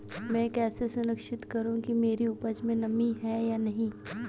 मैं कैसे सुनिश्चित करूँ कि मेरी उपज में नमी है या नहीं है?